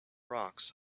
rocks